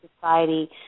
Society